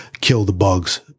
kill-the-bugs